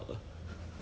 dark room ah